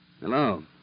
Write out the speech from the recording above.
Hello